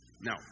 No